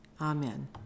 Amen